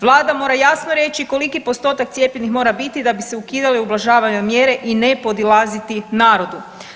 Vlada mora jasno reći koliki postotak cijepljenih mora biti da bi se ukidale i ublažavale mjere i nepodilaziti narodu.